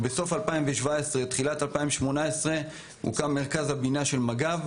בסוף 2017 ותחילת 2018 הוקם מרכז הבינה של מג"ב,